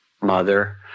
mother